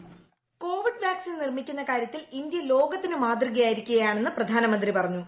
voice Covid vaccine നിർമിക്കുന്ന കാരൃത്തിൽ India ലോകത്തിനു മാതൃകയായിരിക്കയാണെന്ന് പ്രധാനമന്ത്രി പറഞ്ഞു